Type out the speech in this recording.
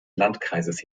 landkreises